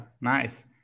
nice